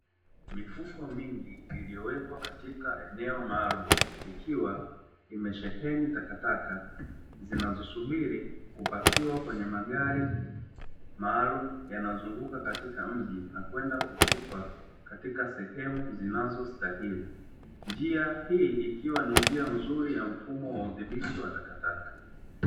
Mifuko mingi iliyowekwa katika eneo maalumu, ikiwa imesheheni takataka zinazosubiri kupakiwa kwenye magari maalumu yanayozunguka katika mji, na kwenda kutupa katika sehemu zinazo stahili; njia hii ikiwa ni njia nzuri ya mfumo wa udhibiti wa takataka.